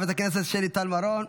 חברת הכנסת שלי טל מירון,